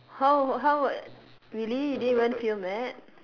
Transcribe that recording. how how would really you didn't even feel mad